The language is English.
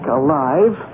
alive